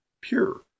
pure